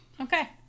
okay